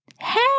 Hey